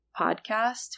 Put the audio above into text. podcast